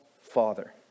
Father